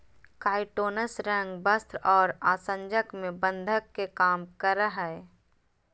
काइटोनस रंग, वस्त्र और आसंजक में बंधक के काम करय हइ